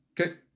Okay